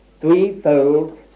threefold